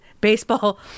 baseball